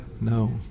No